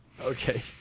Okay